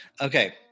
Okay